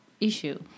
issue